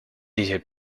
detailed